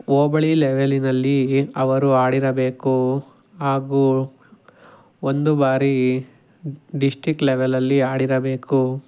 ಹೋಬಳಿ ಲೆವೆಲಿನಲ್ಲಿ ಅವರು ಆಡಿರಬೇಕು ಹಾಗೂ ಒಂದು ಬಾರಿ ಡಿಸ್ಟ್ರಿಕ್ ಲೆವೆಲಲ್ಲಿ ಆಡಿರಬೇಕು